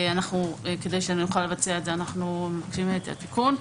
כדי שנוכל לבצע את זה, אנחנו מבקשים את התיקון.